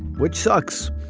which sucks.